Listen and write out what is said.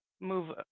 move